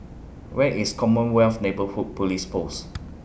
Where IS Commonwealth Neighbourhood Police Post